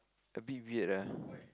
a bit weird ah